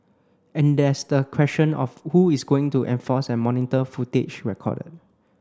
and there's the question of who is going to enforce and monitor footage recorded